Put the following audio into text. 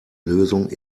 lösung